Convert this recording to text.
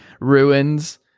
ruins